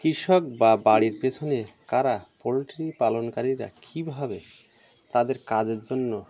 কৃষক বা বাড়ির পেছনে কারা পোলট্রি পালনকারীরা কীভাবে তাদের কাজের জন্য